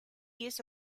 use